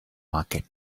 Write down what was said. market